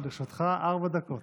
לרשותך ארבע דקות.